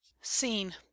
Scene